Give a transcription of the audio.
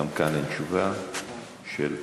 גם כאן אין תשובה של השר.